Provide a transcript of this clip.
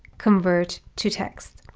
convert to text.